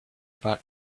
bought